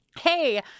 Hey